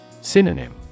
Synonym